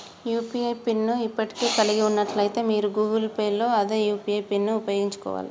UPI PIN ను ఇప్పటికే కలిగి ఉన్నట్లయితే మీరు గూగుల్ పే లో అదే యూ.పీ.ఐ పిన్ను ఉపయోగించుకోవాలే